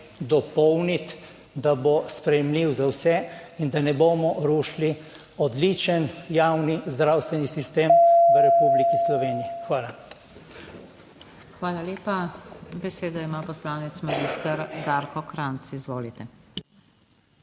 dopolniti, da bo sprejemljiv za vse in da ne bomo rušili odličen javni zdravstveni sistem v Republiki Sloveniji. Hvala. PODPREDSEDNICA NATAŠA SUKIČ: Hvala lepa. Besedo ima poslanec magister Darko Krajnc, izvolite.